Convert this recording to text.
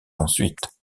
ensuite